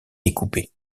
découpé